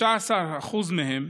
13% מהם,